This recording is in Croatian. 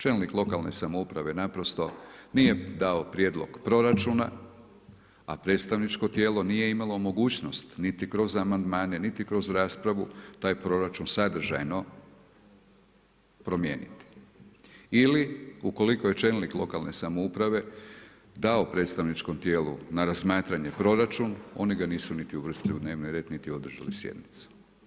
Čelnik lokalne samouprave naprosto nije dao prijedlog proračuna, a predstavničko tijelo nije imalo mogućnost niti kroz amandmane, niti kroz raspravu taj proračun sadržajno promijeniti ili ukoliko je čelnik lokalne samouprave dao predstavničkom tijelu na razmatranje proračun oni ga nisu niti uvrstili u dnevni red, niti održali sjednicu.